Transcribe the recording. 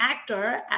actor